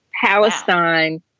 Palestine